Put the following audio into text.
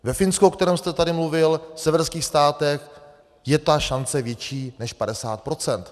Ve Finsku, o kterém jste tady mluvil, v severských státech, je ta šance větší než 50%.